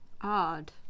Odd